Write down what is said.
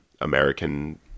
American